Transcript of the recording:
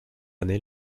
année